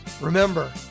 Remember